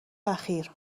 اخیر